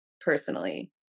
personally